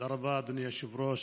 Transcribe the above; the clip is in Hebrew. תודה רבה, אדוני היושב-ראש.